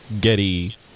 Getty